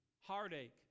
heartache